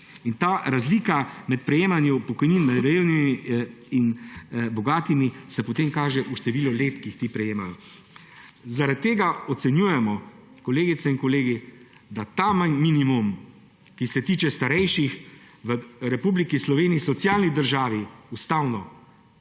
In ta razlika med prejemanjem pokojnin med revnimi in bogatimi se potem kaže v številu let, ki jih ti prejemajo. Zaradi tega ocenjujemo, kolegice in kolegi, da ta minimum, ki se tiče starejših v Republiki Sloveniji – socialni državi, ustavno,